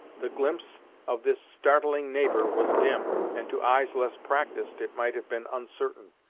the glimpse of this startling neighbor was dim, and to eyes less practised it might have been uncertain,